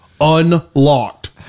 unlocked